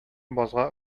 базга